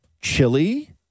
Chili